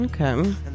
Okay